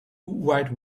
white